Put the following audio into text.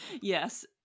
Yes